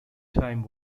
time